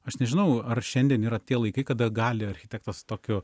aš nežinau ar šiandien yra tie laikai kada gali architektas tokiu